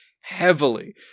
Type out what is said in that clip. heavily